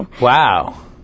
Wow